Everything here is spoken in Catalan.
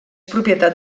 propietat